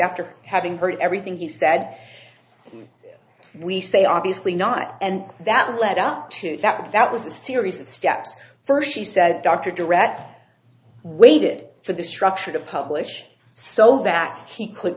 after having heard everything he said we say obviously not and that led up to that that was a series of steps first she said dr director waited for the structure to publish so that he could